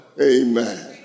Amen